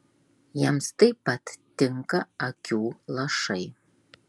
jiems taip pat tinka akių lašai